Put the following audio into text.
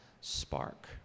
spark